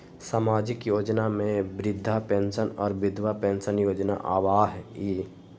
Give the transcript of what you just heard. सामाजिक योजना में वृद्धा पेंसन और विधवा पेंसन योजना आबह ई?